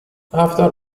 after